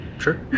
Sure